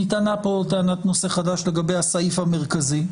נטענה כאן טענת נושא חדש לגבי הסעיף המרכזי.